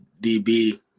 DB